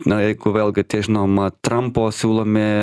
jeigu vėlgi tie žinoma trampo siūlomi